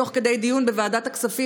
תוך כדי דיון בוועדת הכספים,